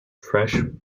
freshwater